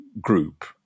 group